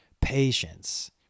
patience